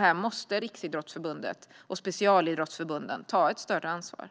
Här måste Riksidrottsförbundet och specialidrottsförbunden ta större ansvar.